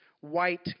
white